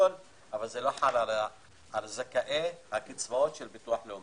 אבל זה לא חל על זכאי הקצבאות של ביטוח לאומי,